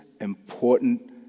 important